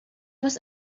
was